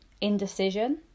indecision